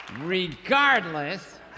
regardless